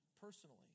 personally